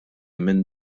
minn